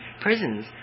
Prisons